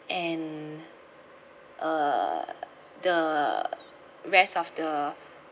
and uh the rest of the